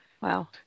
Wow